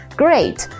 great